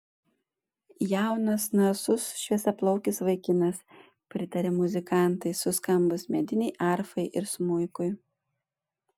jaunas narsus šviesiaplaukis vaikinas pritarė muzikantai suskambus medinei arfai ir smuikui